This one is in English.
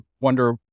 wonder